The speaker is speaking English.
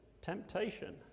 Temptation